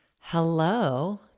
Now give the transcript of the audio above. Hello